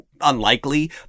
unlikely